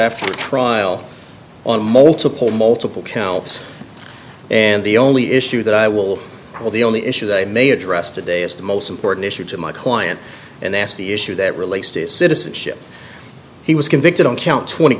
after trial on multiple multiple counts and the only issue that i will call the only issue that i may address today is the most important issue to my client and that's the issue that relates to his citizenship he was convicted on count twenty